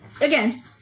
again